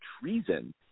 treason